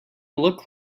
look